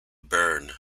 bern